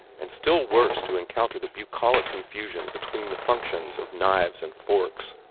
and still worse to encounter the bucolic confusion between the functions of knives and forks.